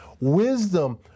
Wisdom